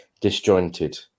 Disjointed